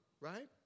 right